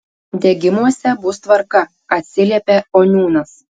degimuose bus tvarka atsiliepia oniūnas